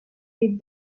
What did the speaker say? with